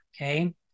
okay